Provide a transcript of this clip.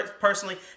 Personally